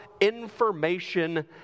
information